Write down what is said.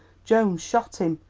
jones shot him.